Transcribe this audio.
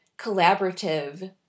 collaborative